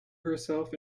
herself